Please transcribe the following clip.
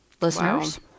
listeners